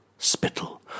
Spittle